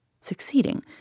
Succeeding